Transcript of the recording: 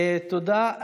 תודה.